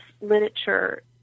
literature